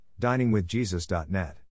diningwithjesus.net